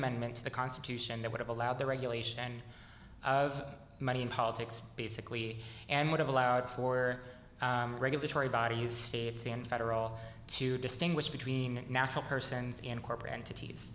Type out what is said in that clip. amendment to the constitution that would have allowed the regulation of money in politics basically and would have allowed for regulatory body use states in federal to distinguish between natural persons and corporate entities